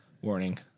warning